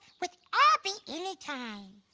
with abby any time.